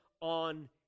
on